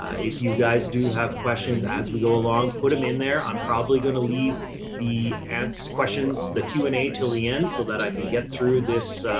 if you guys do have questions, as we go along, put them in there, i'm probably gonna leave the ads, questions, the q and a till the end, so that i can get through this,